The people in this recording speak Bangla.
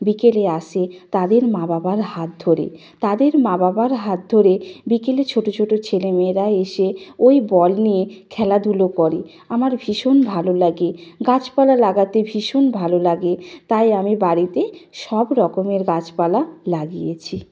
বিকেলে আসে তাদের মা বাবার হাত ধরে তাদের মা বাবার হাত ধরে বিকেলে ছোট ছোট ছেলেমেয়েরা এসে ওই বল নিয়ে খেলাধুলো করে আমার ভীষণ ভালো লাগে গাছপালা লাগাতে ভীষণ ভালো লাগে তাই আমি বাড়িতে সব রকমের গাছপালা লাগিয়েছি